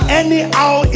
anyhow